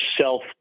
Self